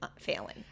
failing